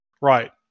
right